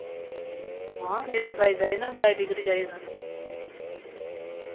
हां एह्दे साइज आई जाना बराइटी केह्ड़ी चाहिदी थुहानू